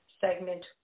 segment